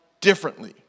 differently